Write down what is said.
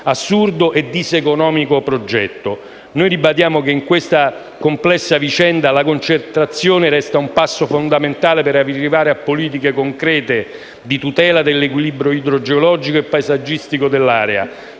assurdo e diseconomico progetto. Noi ribadiamo che in questa complessa vicenda la concertazione resta un passo fondamentale per arrivare a politiche concrete di tutela dell'equilibrio idrogeologico e paesaggistico dell'area.